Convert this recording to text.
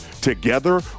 Together